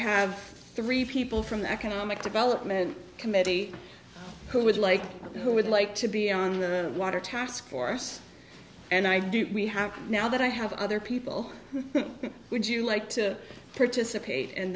have three people from the economic development committee who would like who would like to be on the water task force and i do we have now that i have other people would you like to participate in